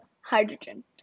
hydrogen